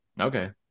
Okay